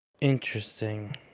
Interesting